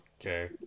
okay